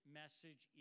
message